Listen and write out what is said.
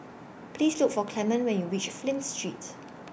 Please Look For Clement when YOU REACH Flint Street